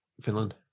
Finland